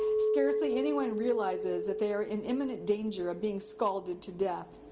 scarcely anyone realizes that they are in imminent danger of being scalded to death.